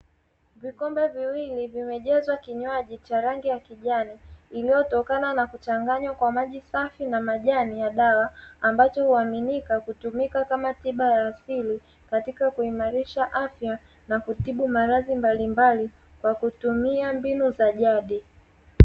Vikombe viwili vimejazwa kinywaji cha rangi ya kijani, iliyotokana na kuchanganywa kwa maji safi na majani ya dawa, ambazo huaminika kutumika kama tiba ya asili katika kuimarisha afya na kutibu maradhi mbalimbali kwa kutumia mbinu za jadi.